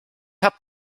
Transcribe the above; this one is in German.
habt